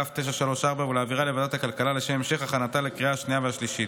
כ/934) ולהעבירה לוועדת הכלכלה לשם המשך הכנתה לקריאה השנייה והשלישית.